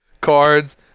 cards